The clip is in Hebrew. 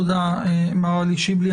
תודה רבה למר עלי שיבלי,